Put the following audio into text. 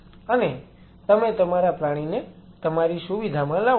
અને તમે તમારા પ્રાણીને તમારી સુવિધામાં લાવો છો